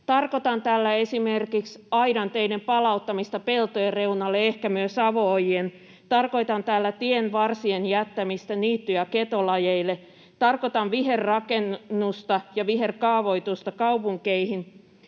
Tarkoitan tällä esimerkiksi aidanteiden palauttamista peltojen reunalle, ehkä myös avo-ojien, tarkoitan tällä tienvarsien jättämistä niitty- ja ketolajeille, tarkoitan viherrakentamista ja viherkaavoitusta kaupunkeihin.